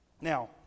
Now